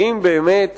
האם באמת